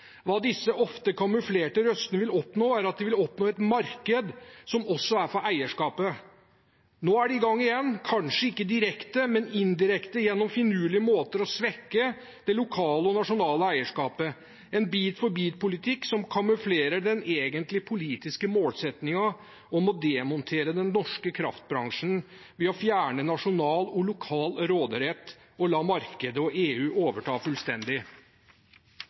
disse ofte kamuflerte røstene vil oppnå, er et marked som også er for eierskapet. Nå er de i gang igjen, kanskje ikke direkte, men indirekte gjennom finurlige måter å svekke det lokale og nasjonale eierskapet, en bit-for-bit-politikk som kamuflerer den egentlige politiske målsettingen om å demontere den norske kraftbransjen ved å fjerne nasjonal og lokal råderett og la markedet og EU overta fullstendig.